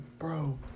Bro